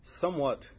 somewhat